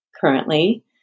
currently